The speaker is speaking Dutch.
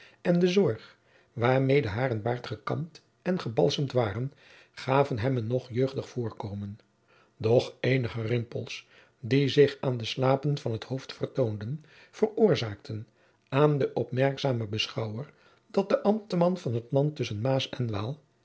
en de zorg waarmede hair en baard gekamd en gebalsemd waren gaven hem een nog jeugdig voorkomen doch eenige rimpels die zich aan de slapen van het hoofd vertoonden veroorzaakten aan den opmerkzamen beschouwer dat de ambtman van t land tusschen maas en waal